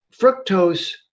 fructose